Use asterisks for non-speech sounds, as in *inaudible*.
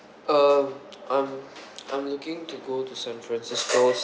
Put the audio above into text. uh *noise* um *noise* I'm looking to go to san francisco